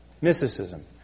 Mysticism